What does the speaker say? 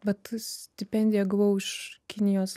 bet stipendiją gavau iš kinijos